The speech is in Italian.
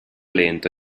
lento